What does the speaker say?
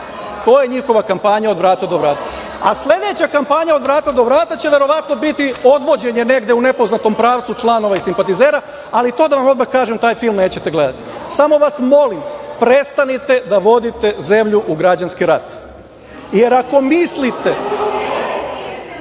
To je njihova kampanja od vrata do vrata. Sledeća kampanja od vrata do vrata će, verovatno, biti odvođenje negde u nepoznatom pravcu članova i simpatizera, ali to, da vam odmah kažem, taj film nećete gledati. Samo vas molim – prestanite da vodite zemlju u građanski rat, jer ako mislite…Ne